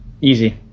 Easy